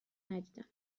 ندیدم